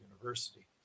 University